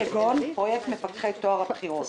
כמו פרויקט מפקחי טוהר הבחירות.